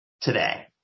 today